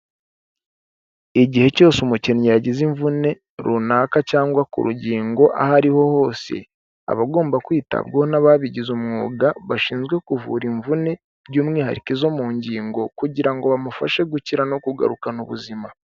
Igihe cyose umukinnyi yagize imvune runaka cyangwa ku rugingo aho ariho hose, abagomba kwitabwaho n'ababigize umwuga bashinzwe kuvura imvune by'umwihariko izo mu ngingo kugira ngo bamufashe gukira no kugarukana ubuzima.